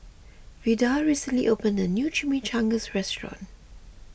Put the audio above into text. Vida recently opened a new Chimichangas restaurant